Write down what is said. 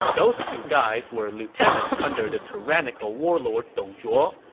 those two guys were lieutenants under the tyrannical warlord dong zhuo,